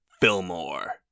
Fillmore